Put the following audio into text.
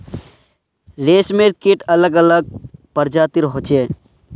रेशमेर कीट अलग अलग प्रजातिर होचे